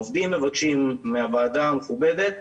העובדים מבקשים מהוועדה המכובדת